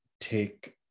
take